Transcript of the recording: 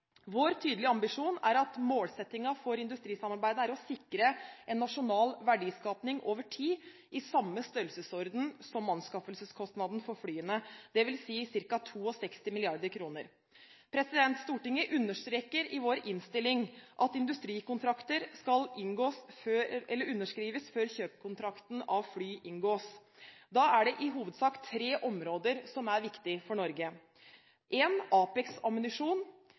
Vår tydelige ambisjon er at målsetningen for industrisamarbeidet er å sikre en nasjonal verdiskapning over tid i samme størrelsesorden som anskaffelseskostnaden for flyene. Det vil si ca. 62 mrd. kr. Stortinget understreker i innstillingen at industrikontrakter skal underskrives før kjøpskontrakten av fly inngås. Da er det i hovedsak tre områder som er viktige for Norge